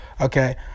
okay